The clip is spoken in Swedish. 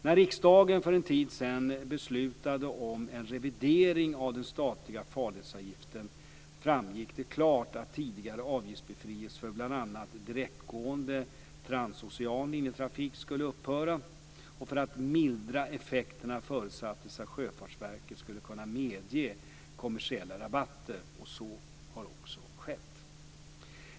När riksdagen för en tid sedan beslutade om en revidering av den statliga farledsavgiften framgick det klart att tidigare avgiftsbefrielser för bl.a. direktgående transocean linjetrafik skulle upphöra. För att mildra effekterna förutsattes att Sjöfartsverket skulle kunna medge kommersiella rabatter. Så har också skett.